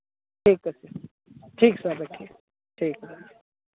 ठीक है ठीक ठीक है सर रखिए ठीक है